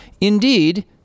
indeed